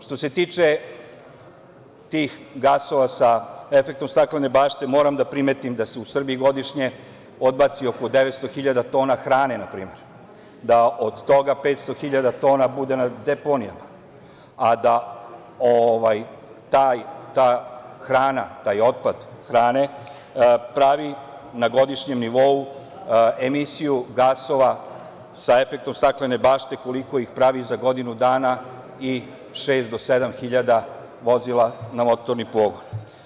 Što se tiče tih gasova sa efektom staklene bašte, moram da primetim da se u Srbiji godišnje odbaci oko 900 hiljada tona hrane, na primer, da od toga 500 hiljada tona bude na deponijama, a da ta hrana, taj otpad hrane pravi na godišnjem nivou emisiju gasova sa efektom staklene bašte koliko ih pravi za godinu dana i šest do sedam hiljada vozila na motorni pogon.